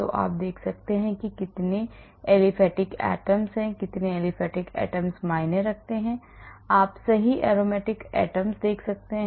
तो आप देख सकते हैं कि कितने aliphatic atoms हैं कितने aliphatic atoms मायने रखते हैं आप सही aromatic atoms देख सकते हैं